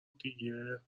دیگه